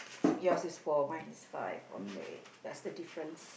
yours is four mine is five okay that's the difference